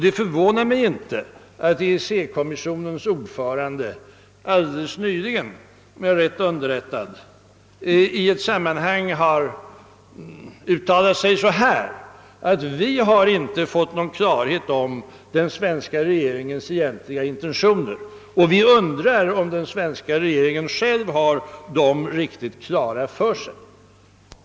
Det förvånar mig inte att EEC-kommissionens ordförande alldeles nyligen, om jag är rätt underrättad, uttalat att man inom EEC inte fått någon klarhet om den svenska regeringens egentliga intentioner och att man undrar om den svenska regeringen själv har dem riktigt klara för sig.